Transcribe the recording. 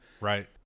Right